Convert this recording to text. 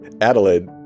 Adelaide